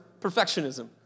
perfectionism